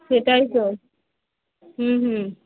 সেটাই তো হুম হুম